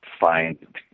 find